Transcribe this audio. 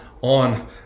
on